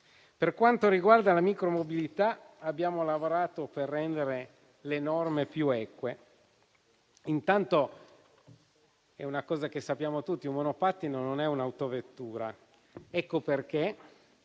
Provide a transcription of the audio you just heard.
Per quanto riguarda la micromobilità, abbiamo lavorato per rendere le norme più eque. Intanto - come sappiamo tutti - un monopattino non è un'autovettura e per